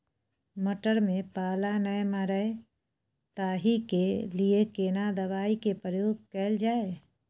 मटर में पाला नैय मरे ताहि के लिए केना दवाई के प्रयोग कैल जाए?